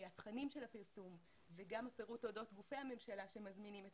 התכנים של הפרסום וגם הפירוט אודות גופי הממשלה שמזמינים את